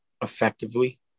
effectively